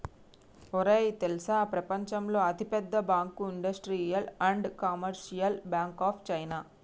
ఒరేయ్ తెల్సా ప్రపంచంలో అతి పెద్ద bank industrial and commercial bank of China